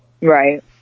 Right